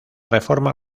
reforma